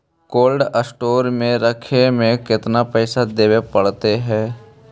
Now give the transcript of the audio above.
Cold store में रखे में केतना पैसा देवे पड़तै है?